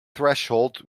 threshold